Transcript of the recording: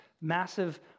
massive